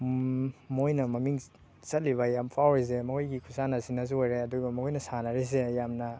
ꯃꯣꯏꯅ ꯃꯃꯤꯡ ꯆꯠꯂꯤꯕ ꯌꯥꯃ ꯐꯥꯎꯔꯤꯁꯦ ꯃꯣꯏꯒꯤ ꯈꯨꯠꯁꯥꯟꯅꯁꯤꯅꯁꯨ ꯑꯣꯏꯔꯦ ꯑꯗꯨꯒ ꯃꯣꯏꯅ ꯁꯥꯟꯅꯔꯤꯁꯦ ꯌꯥꯝꯅ